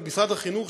את משרד החינוך,